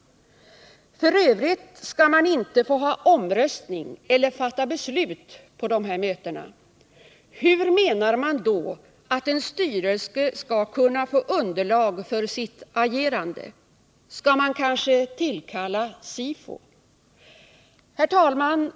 F. ö. skall man inte få ha omröstning eller fatta beslut på dessa möten. Hur skall då en styrelse kunna få underlag för sitt agerande? Skall man kanske tillkalla SIFO? Herr talman!